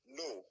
no